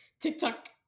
tiktok